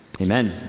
Amen